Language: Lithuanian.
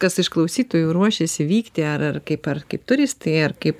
kas iš klausytojų ruošiasi vykti ar ar kaip ar kaip turistai ar kaip